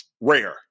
rare